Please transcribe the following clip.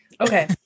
Okay